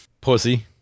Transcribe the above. Pussy